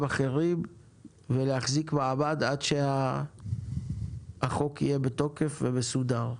אחרים ולהחזיק מעמד עד שהחוק יהיה בתוקף ומסודר.